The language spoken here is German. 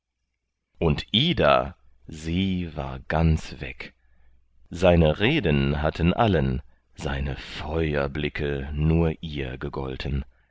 und ida sie war ganz weg seine reden hatten allen seine feuerblicke nur ihr gegolten